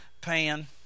pan